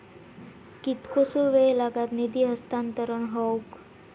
कितकोसो वेळ लागत निधी हस्तांतरण हौक?